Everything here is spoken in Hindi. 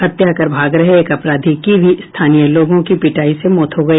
हत्या कर भाग रहे एक अपराधी की भी स्थानीय लोगों की पिटाई से मौत हो गई